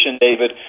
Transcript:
David